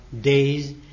days